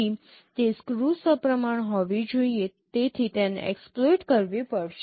તે સ્ક્યૂ સપ્રમાણ હોવી જોઈએ તેથી તેને એક્સપ્લોઈટ કરવી પડશે